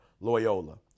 Loyola